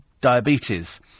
diabetes